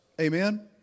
Amen